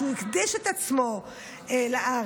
שהוא הקדיש את עצמו לארץ.